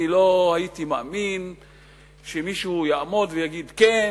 אני לא הייתי מאמין שמישהו יעמוד ויגיד כן,